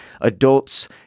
Adults